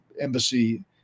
embassy